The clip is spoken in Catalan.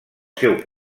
seu